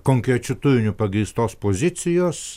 konkrečiu turiniu pagrįstos pozicijos